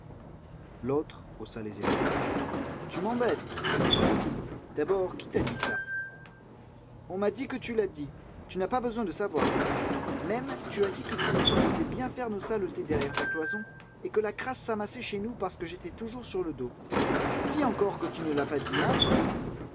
l'autre haussa les épaules tu m'embêtes je n'ai rien dit d'abord qui t'a dit ça on m'a dit que tu l'as dit tu n'as pas besoin de savoir même tu as dit que tu nous entendais bien faire nos saletés derrière ta cloison et que la crasse s'amassait chez nous parce que j'étais toujours sur le dos dis encore que tu ne l'as pas dit hein